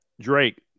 Drake